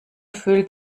fühlt